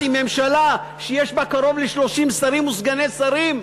עם ממשלה שיש בה קרוב ל-30 שרים וסגני שרים,